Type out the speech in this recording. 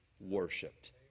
worshipped